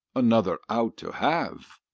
another out to have.